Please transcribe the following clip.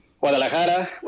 Guadalajara